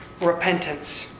repentance